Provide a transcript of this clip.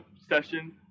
session